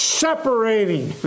separating